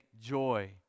joy